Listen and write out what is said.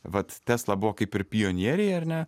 vat tesla buvo kaip ir pionieriai ar ne